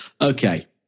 Okay